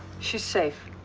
she's safe.